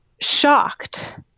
shocked